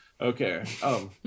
Okay